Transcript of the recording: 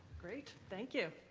great, thank you.